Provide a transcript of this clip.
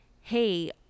hey